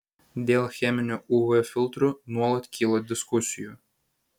dėl cheminių uv filtrų nuolat kyla diskusijų